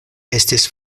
estis